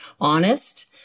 honest